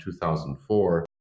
2004